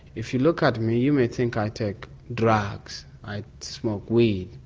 if you look ah me you may think i take drugs, i smoke weed.